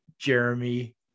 Jeremy